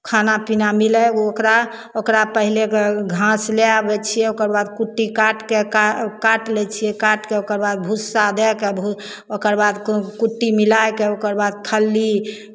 खाना पीना मिलय ओकरा ओकरा पहिले ग घास लऽ आबै छियै ओकर बाद कुट्टी काटि कऽ का काटि लै छियै काटि कऽ ओकर बाद भुस्सा दए कऽ भु ओकर बाद कुट्टी मिलाए कऽ ओकर बाद खल्ली